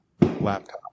laptop